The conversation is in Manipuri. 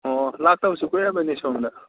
ꯑꯣ ꯂꯥꯛꯇꯕꯁꯨ ꯀꯨꯏꯔꯝꯃꯅꯤ ꯁꯣꯝꯗ